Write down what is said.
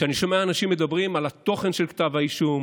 אני שומע אנשים מדברים על התוכן של כתב האישום,